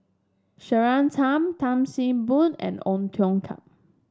Claire Tham Tan See Boo and Ong Tiong Khiam